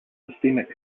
systemic